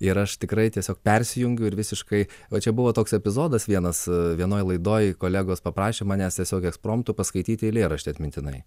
ir aš tikrai tiesiog persijungiu ir visiškai o čia buvo toks epizodas vienas vienoj laidoj kolegos paprašė manęs tiesiog ekspromtu paskaityti eilėraštį atmintinai